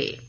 Suresh Kashyap